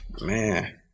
Man